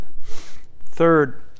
Third